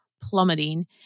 plummeting